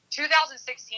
2016